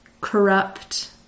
corrupt